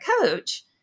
coach